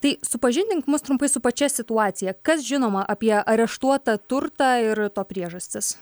tai supažindink mus trumpai su pačia situacija kas žinoma apie areštuotą turtą ir to priežastis